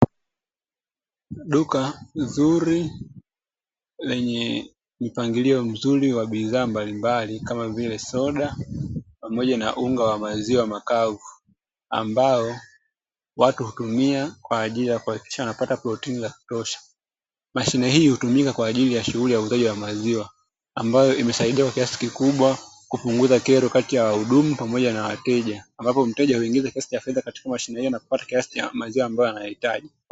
Duka zuri lenye mapangilio mzuri wa bidhaa mbalimbali kama vile soda pamoja na unga wa maziwa makavu ambao watu hutumia kwa ajili ya kuhakikisha wanapata protini za kutosha. Mashine hii hutumika kwa ajili ya shughuli ya uuzaji wa maziwa ambayo imesaidia kwa kiasi kikubwa kupunguza kero kati ya wahudumu pamoja na wateja, ambapo mteja huingiza kiasi cha fedha katika mashine hii nakupata kiasi cha maziwa ambayo anahitaji.